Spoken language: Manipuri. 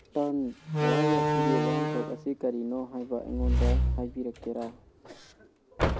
ꯇꯔꯟ ꯋꯥꯍꯩ ꯑꯁꯤꯒꯤ ꯋꯥꯍꯟꯊꯣꯛ ꯑꯁꯤ ꯀꯔꯤꯅꯣ ꯍꯥꯏꯕ ꯑꯩꯉꯣꯟꯗ ꯍꯥꯏꯕꯤꯔꯛꯀꯦꯔꯥ